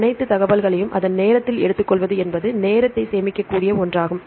அனைத்து தகவல்களையும் அதன் நேரத்தில் எடுத்துக்கொள்வது என்பது நேரத்தை சேமிக்கக்கூடிய ஒன்றாகும்